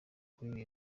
kuri